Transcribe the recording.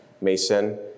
Mason